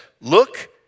Look